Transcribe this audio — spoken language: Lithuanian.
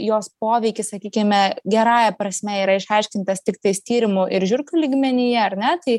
jos poveikis sakykime gerąja prasme yra išaiškintas tiktais tyrimų ir žiurkių lygmenyje ar ne tai